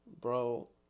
Bro